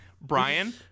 brian